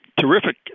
terrific